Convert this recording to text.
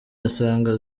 asanga